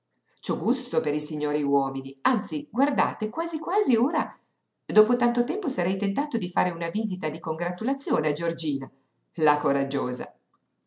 ho gusto per i signori uomini anzi guardate quasi quasi ora dopo tanto tempo sarei tentato di fare una visita di congratulazione a giorgina la coraggiosa